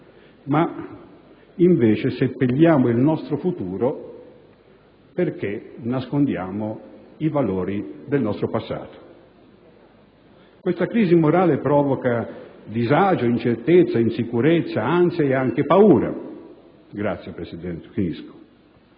ed invece seppelliamo il nostro futuro perché nascondiamo i valori del nostro passato. Questa crisi morale provoca disagio, incertezza, insicurezza, ansia e anche paura e trasforma persino